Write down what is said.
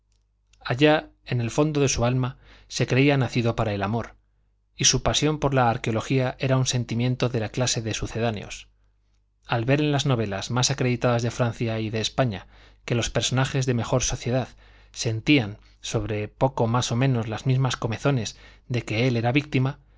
allá en el fondo de su alma se creía nacido para el amor y su pasión por la arqueología era un sentimiento de la clase de sucedáneos al ver en las novelas más acreditadas de francia y de españa que los personajes de mejor sociedad sentían sobre poco más o menos las mismas comezones de que él era víctima